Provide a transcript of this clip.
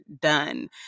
done